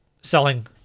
selling